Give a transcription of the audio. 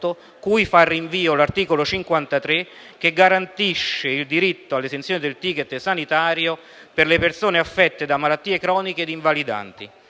cui fa rinvio l'articolo 53 che garantisce il diritto all'esenzione dal *ticket* sanitario per le persone affette da malattie croniche e invalidanti;